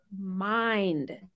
mind